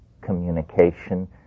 communication